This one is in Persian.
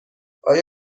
آیا